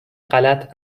غلط